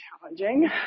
challenging